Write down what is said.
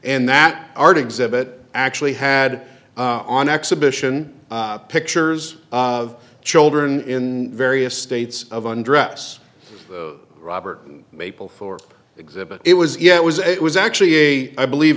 and that are to exhibit actually had on exhibition pictures of children in various states of undress robert maple for exhibit it was yeah it was a it was actually a i believe